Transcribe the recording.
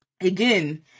again